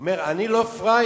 הוא אומר: אני לא פראייר.